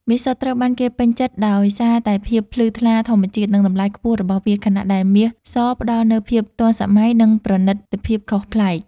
មាសសុទ្ធត្រូវបានគេពេញចិត្តដោយសារតែភាពភ្លឺថ្លាធម្មជាតិ និងតម្លៃខ្ពស់របស់វា ខណៈដែលមាសសផ្ដល់នូវភាពទាន់សម័យ និងប្រណិតភាពខុសប្លែក។